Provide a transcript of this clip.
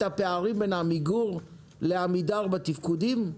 את הפערים בין עמיגור לעמידר בתפקודים?